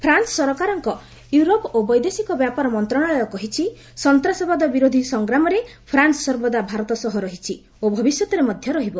France ସରକାରଙ୍କ Europe ଓ ବୈଦେଶିକ ବ୍ୟାପାର ମନ୍ତ୍ରଣାଳୟ କହିଛି ସନ୍ତାସବାଦ ବିରୋଧୀ ସଂଗ୍ରାମରେ ଫ୍ରାନ୍ସ ସର୍ବଦା ଭାରତ ସହ ରହିଛି ଓ ଭବିଷ୍ୟତରେ ମଧ୍ୟ ରହିବ